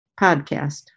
podcast